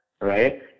right